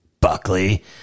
Buckley